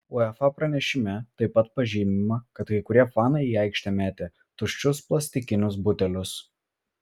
uefa pranešime taip pat pažymima kad kai kurie fanai į aikštę metė tuščius plastikinius butelius